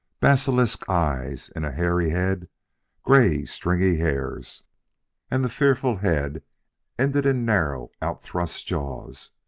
basilisk eyes in a hairy head gray, stringy hairs and the fearful head ended in narrow, outthrust jaws,